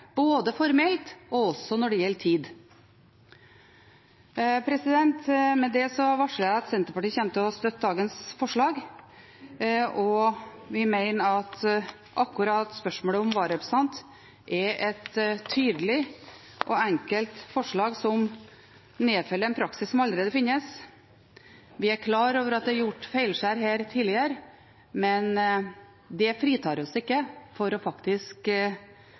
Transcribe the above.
både formelt og når det gjelder tid. Med dette varsler jeg at Senterpartiet kommer til å støtte dagens forslag. Vi mener at i spørsmålet om vararepresentant er det et tydelig og enkelt forslag, som nedfeller en praksis som allerede finnes. Vi er klar over at det er gjort feilskjær her tidligere, men det fritar oss ikke for å